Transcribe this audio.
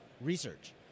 research